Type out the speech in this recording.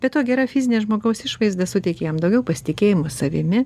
be to gera fizinė žmogaus išvaizda suteikia jam daugiau pasitikėjimo savimi